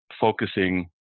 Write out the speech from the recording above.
focusing